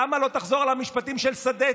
למה לא תחזור על המשפטים של סדצקי,